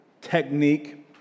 technique